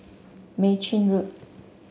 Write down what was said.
Mei Chin Road